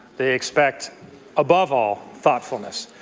they expect above all thoughtfulness.